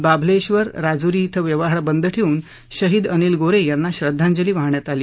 बाभलेश्वर राजुरी येथे व्यवहार बंद ठेवून शहीद अनिल गोरे यांना श्रद्धांजली वाहण्यात आली